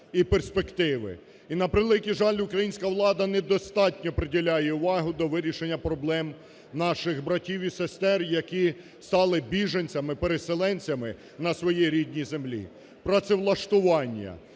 І, на превеликий жаль, українська влада недостатньо приділяє увагу до вирішення проблем наших братів і сестер, які стали біженцями, переселенцями на своїй рідній землі.